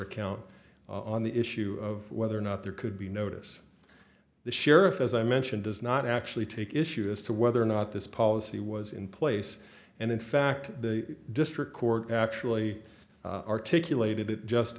account on the issue of whether or not there could be notice the sheriff as i mentioned does not actually take issue as to whether or not this policy was in place and in fact the district court actually articulated it just